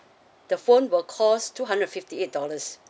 the phone will cost two hundred and fifty eight dollars